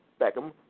Beckham